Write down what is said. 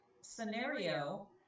scenario